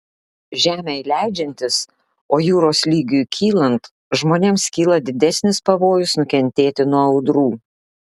žemei leidžiantis o jūros lygiui kylant žmonėms kyla didesnis pavojus nukentėti nuo audrų